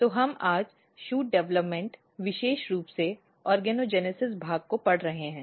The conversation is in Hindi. तो हम आज शूट डेवलपमेंट विशेष रूप से ऑर्गेनोजेनेसिस भाग को पढ़ रहे हैं